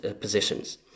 positions